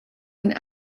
and